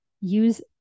use